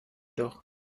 doch